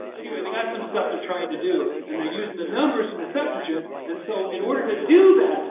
anyway, they've got some stuff they're trying to do, and they're using the numbers from and the septuagint. and so in order to do that,